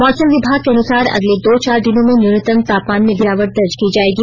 मौसम विभाग के अनुसार अगले दो चार दिनों में न्यूनतम तापमान में गिरावट दर्ज की जाएगी